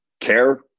care